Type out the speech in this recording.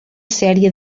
sèrie